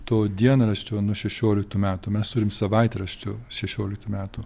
to dienraščio nuo šešioliktų metų mes turim savaitraščių šešioliktų metų